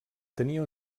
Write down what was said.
tenia